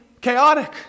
chaotic